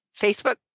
facebook